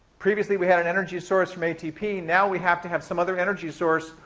previously we had an energy source from atp. now we have to have some other energy source.